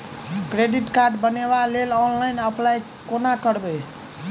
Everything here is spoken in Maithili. क्रेडिट कार्ड बनाबै लेल ऑनलाइन अप्लाई कोना करबै?